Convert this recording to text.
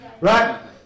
Right